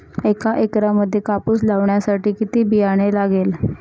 एका एकरामध्ये कापूस लावण्यासाठी किती बियाणे लागेल?